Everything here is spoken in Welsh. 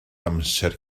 amser